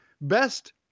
best